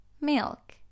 milk